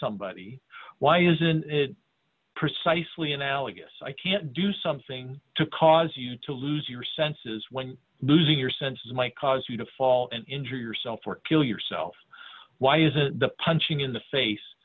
somebody why isn't it precisely analogous i can't do something to cause you to lose your senses when losing your senses might cause you to fall and injure yourself or kill yourself why is a punching in the face